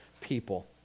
people